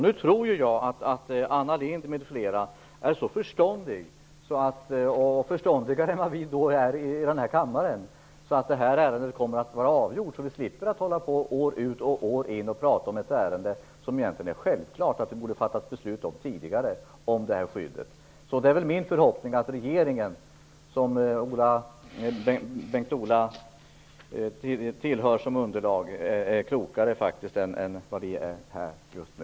Nu tror jag att Anna Lindh m.fl. är så pass förståndiga - förståndigare än vad vi är här i kammaren - att det här ärendet snart är avgjort, så att vi slipper hålla på med det år ut och år in. Det är självklart att vi borde ha fattat beslut om det här skyddet tidigare. Min förhoppning är att regeringen, vars underlag Bengt-Ola Ryttar tillhör, är klokare än vad vi är här just nu.